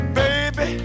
baby